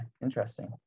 interesting